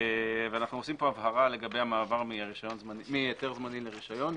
ואנחנו עושים כאן הבהרה לגבי המעבר מהיתר זמני לרישיון.